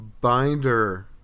binder